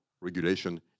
regulation